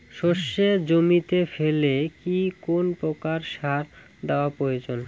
সর্ষে জমিতে ফেলে কি কোন প্রকার সার দেওয়া প্রয়োজন?